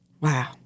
Wow